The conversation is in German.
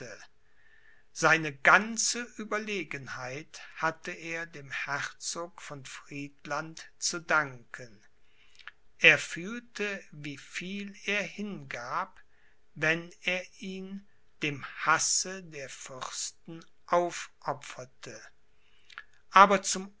seine ganze ueberlegenheit hatte er dem herzog von friedland zu danken er fühlte wie viel er hingab wenn er ihn dem hasse der fürsten aufopferte aber zum